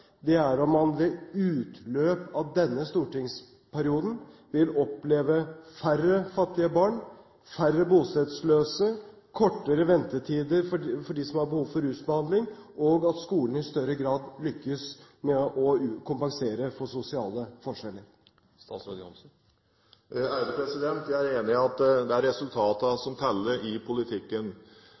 er om man ved utløpet av denne stortingsperioden vil oppleve færre fattige barn, færre bostedsløse, kortere ventetider for dem som har behov for rusbehandling, og at skolen i større grad lykkes med å kompensere for sosiale forskjeller. Jeg er enig i at det er resultatene som teller i politikken.